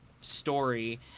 story